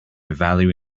value